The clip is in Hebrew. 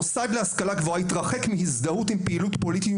מוסד להשכלה גבוהה יתרחק מהזדהות עם פעילות פוליטית,